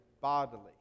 bodily